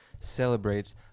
celebrates